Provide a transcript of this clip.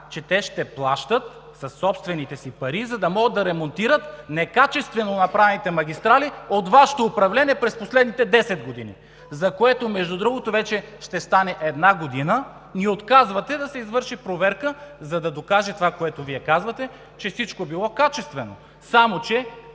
че те ще плащат със собствените си пари, за да могат да ремонтират некачествено направените магистрали от Вашето управление през последните десет години. Между другото, ще стане една година, и отказвате да се извърши проверка, за да докаже това, което Вие казвате – че всичко било качествено. Само че